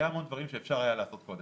המון דברים שאפשר היה לעשות קודם.